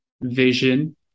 vision